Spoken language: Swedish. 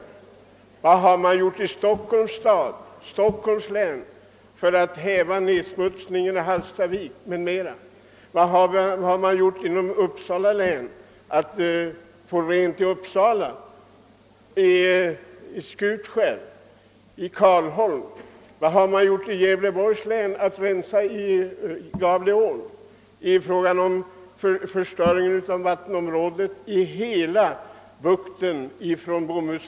Vad har man vidare gjort i Stockholms län för att t.ex. stoppa nedsmutsningen vid Hallstavik? Vad har man inom Uppsala län gjort för att förhindra föroreningarna i Uppsala, i Skutskär och i Karlholm? Vad har man gjort i Gävleborgs län för att rensa upp Gavleån och för att föroreningarna från Bomhusverken inte skall förstöra vattnet i hela Gävlebukten?